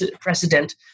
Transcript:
precedent